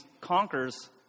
conquers